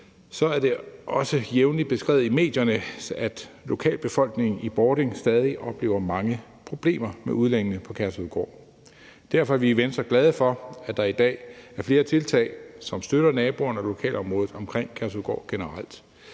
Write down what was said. og som det også jævnligt er beskrevet i medierne, oplever lokalbefolkningen i Bording stadig mange problemer med udlændingene på Kærshovedgård. Derfor er vi i Venstre glade for, at der i dag er flere tiltag, som støtter naboerne og lokalområdet omkring Kærshovedgård generelt.